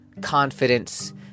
confidence